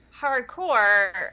hardcore